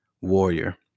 warrior